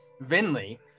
Vinley